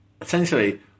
Essentially